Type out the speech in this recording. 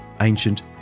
ancient